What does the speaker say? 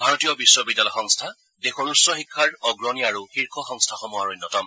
ভাৰতীয় বিশ্ববিদ্যালয় সংস্থা দেশৰ উচ্চ শিক্ষাৰ অগ্ৰণী আৰু শীৰ্ষ সংস্থাসমূহৰ অন্যতম